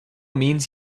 means